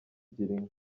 girinka